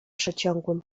przeciągłym